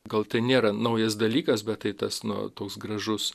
gal tai nėra naujas dalykas bet tai tas nu toks gražus